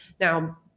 Now